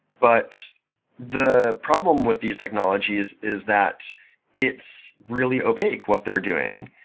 but the problem with these technologies is that it's really opaque what they're doing.